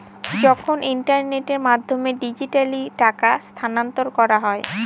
যখন ইন্টারনেটের মাধ্যমে ডিজিট্যালি টাকা স্থানান্তর করা হয়